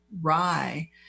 rye